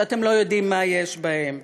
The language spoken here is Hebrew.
שאתם לא יודעים מה יש בהם,